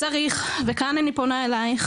כאן אני פונה אלייך.